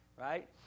right